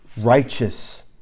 righteous